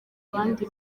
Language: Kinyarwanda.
abandi